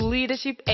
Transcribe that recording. Leadership